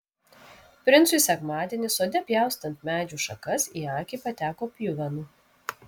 princui sekmadienį sode pjaustant medžių šakas į akį pateko pjuvenų